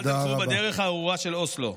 אל תלכו בדרך הארורה של אוסלו.